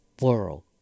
world